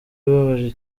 ibabaje